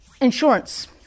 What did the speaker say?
Insurance